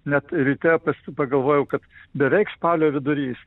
net ryte paskui pagalvojau kad beveik spalio vidurys